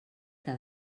que